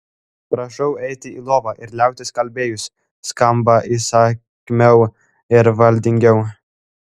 prašau eiti į lovą ir liautis kalbėjus skamba įsakmiau ir valdingiau